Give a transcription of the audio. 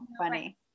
funny